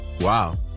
Wow